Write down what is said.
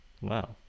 Wow